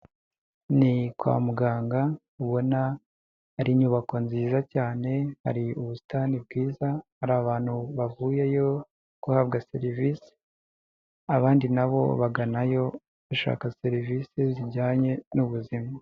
Ni kwa muganga ubona ari inyubako nziza cyane, hari ubusitani bwiza, hari abantu bavuyeyo guhabwa serivisi, abandi nabo baganayo bashaka serivisi zijyanye n'ubuzima.